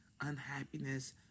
unhappiness